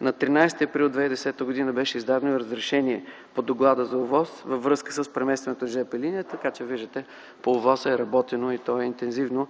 На 13 април 2010 г. беше издадено разрешението по доклада за ОВОС във връзка с преместването на жп линията. Така че виждате, че по ОВОС е работено и то интензивно